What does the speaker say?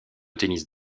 tennis